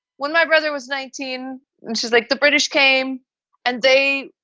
when my brother was nineteen and she's like, the british came and they,